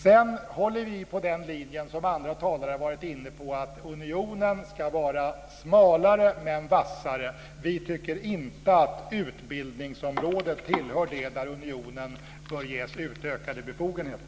Sedan håller vi på den linje som andra talare har varit inne på, att unionen ska vara smalare men vassare. Vi tycker inte att utbildning tillhör det område där unionen bör ges utökade befogenheter.